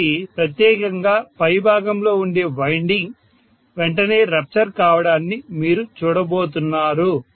కాబట్టి ప్రత్యేకంగా పై భాగంలో ఉండే వైండింగ్ వెంటనే రప్చర్ కావడాన్ని మీరు చూడబోతున్నారు